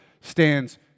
stands